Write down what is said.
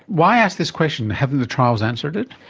why ask this question? haven't the trials answered it?